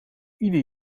ieder